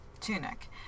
tunic